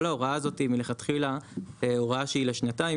כל ההוראה הזאת היא מלכתחילה הוראה שהיא לשנתיים,